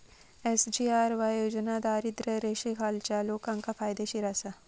SGRY योजना दारिद्र्य रेषेखालच्या लोकांका फायदेशीर आसा